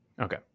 Okay